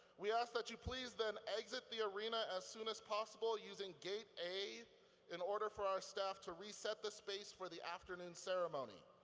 we ask that you please then exit the arena as soon as possible using gate a in order for our staff to reset the space for the afternoon ceremony.